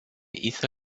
hizo